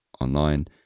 online